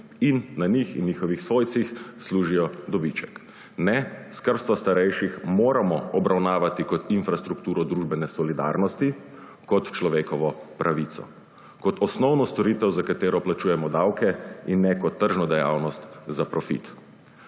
in na njih in njihovih svojcih služijo dobiček. Ne, skrbstvo starejših moramo obravnavati kot infrastrukturo družbene solidarnosti, kot človekovo pravico, kot osnovno storitev, za katero plačujemo davke, in ne kot tržno dejavnost za profit.